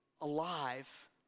alive